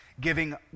giving